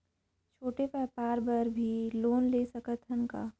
छोटे व्यापार बर भी लोन ले सकत हन का?